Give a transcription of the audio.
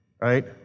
right